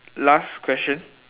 last question